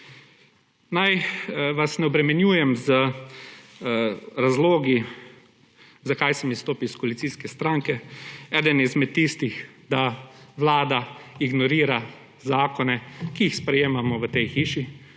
Naj vas ne obremenjujem z razlogi, zakaj sem izstopil iz koalicijske stranke. Eden izmed tistih, da vlada ignorira zakone, ki jih sprejemamo v tej hiši,